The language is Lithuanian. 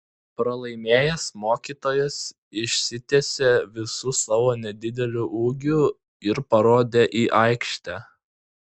pralaimėjęs mokytojas išsitiesė visu savo nedideliu ūgiu ir parodė į aikštę